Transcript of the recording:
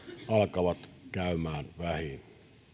alkavat käydä vähiin